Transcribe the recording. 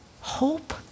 Hope